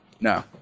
No